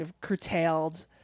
curtailed